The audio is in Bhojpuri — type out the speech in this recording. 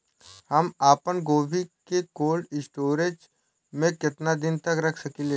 हम आपनगोभि के कोल्ड स्टोरेजऽ में केतना दिन तक रख सकिले?